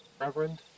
Reverend